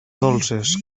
dolces